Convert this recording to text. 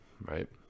right